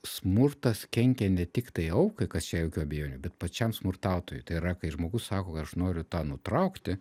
smurtas kenkia ne tiktai aukai kas čia jokių abejonių bet pačiam smurtautojui tai yra kai žmogus sako aš noriu tą nutraukti